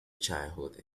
childhood